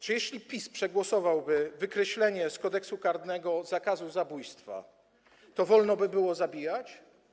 Czy jeśli PiS przegłosowałby wykreślenie z Kodeksu karnego zakazu zabójstwa, to wolno by było zabijać?